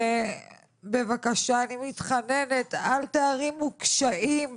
ובבקשה, אני מתחננת, אל תערימו קשיים,